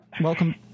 Welcome